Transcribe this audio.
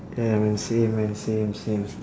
ya man same man same same